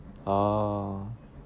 oh